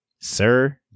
sir